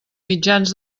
mitjans